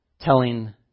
telling